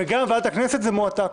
וגם ועדת הכנסת מועתקת.